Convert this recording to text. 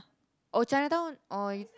oh Chinatown or you